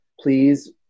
please